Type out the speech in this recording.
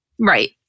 Right